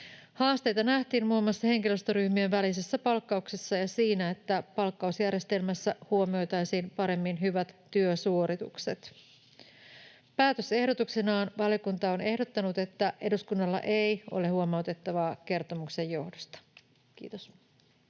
Haasteita nähtiin muun muassa henkilöstöryhmien välisessä palkkauksessa ja siinä, että palkkausjärjestelmässä huomioitaisiin paremmin hyvät työsuoritukset. Päätösehdotuksenaan valiokunta on ehdottanut, että eduskunnalla ei ole huomautettavaa kertomuksen johdosta. — Kiitos.